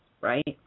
right